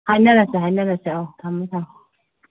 ꯍꯥꯏꯅꯔꯁꯦ ꯍꯥꯏꯅꯔꯁꯦ ꯑꯧ ꯊꯝꯃꯦ ꯊꯝꯃꯦ